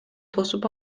тосуп